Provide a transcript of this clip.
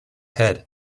head